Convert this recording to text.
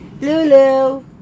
Lulu